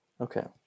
Okay